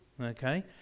okay